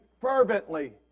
fervently